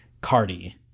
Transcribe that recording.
Cardi